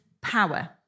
power